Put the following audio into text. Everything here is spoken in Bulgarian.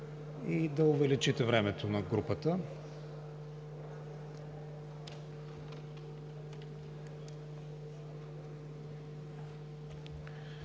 Да увеличите времето на групата.